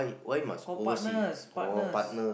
got partners partners